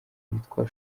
yitwa